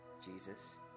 jesus